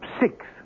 six